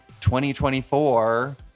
2024